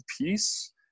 piece